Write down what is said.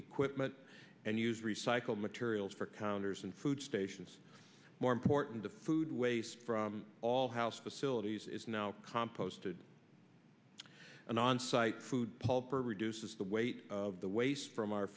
equipment and use recycled materials for counters and food stations more important the food waste from all house facilities is now composted an onsite food pulp or reduces the weight of the waste from our